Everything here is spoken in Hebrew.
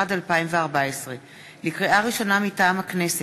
התשע"ד 2014. לקריאה ראשונה, מטעם הכנסת: